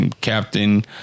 captain